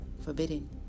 forbidden